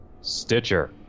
Stitcher